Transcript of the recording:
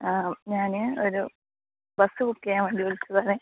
ആ ഞാൻ ഒരു ബസ് ബുക്ക് ചെയ്യാൻ വേണ്ടി വിളിച്ചതാണേ